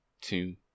two